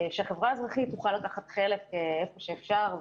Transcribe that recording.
שהחברה האזרחית תוכל לקחת חלק איפה שאפשר,